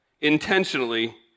intentionally